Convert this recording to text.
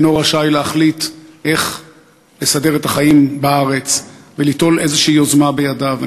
אינו רשאי להחליט איך לסדר את החיים בארץ וליטול איזושהי יוזמה בידיו.